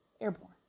Airborne